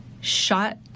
shot